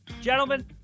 Gentlemen